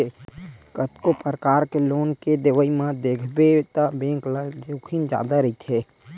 कतको परकार के लोन के देवई म देखबे त बेंक ल जोखिम जादा रहिथे